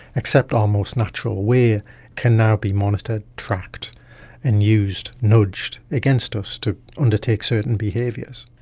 except our most natural way can now be monitored, tracked and used, nudged against us to undertake certain behaviours.